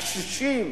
הקשישים,